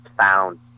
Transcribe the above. found